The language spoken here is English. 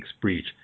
breach